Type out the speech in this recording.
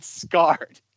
scarred